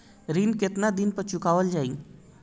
ऋण केतना दिन पर चुकवाल जाइ?